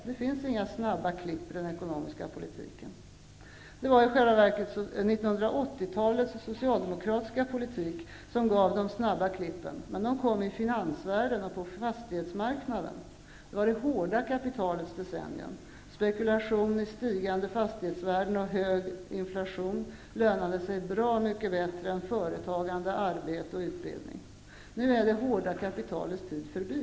Det finns inga snabba klipp i den ekonomiska politiken. Det var i själva verket 1980-talets socialdemokratiska politik som gav de snabba klippen, men de kom i finansvärlden och på fastighetsmarknaden. Det var det hårda kapitalets decennium. Spekulation i stigande fastighetsvärden och hög inflation lönade sig bra mycket bättre än företagande, arbete och utbildning. Nu är det hårda kapitalets tid förbi.